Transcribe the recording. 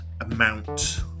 amount